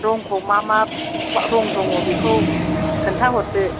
रंखौ मा मा रं दङ बेखौ खिन्थाहरदो